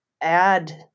add